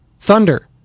Thunder